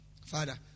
Father